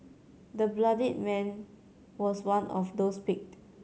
the bloodied man was one of those picked